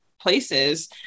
places